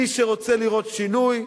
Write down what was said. מי שרוצה לראות שינוי,